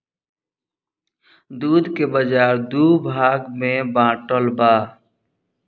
दूध के बाजार दू भाग में बाटल बा